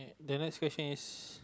the next question is